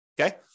Okay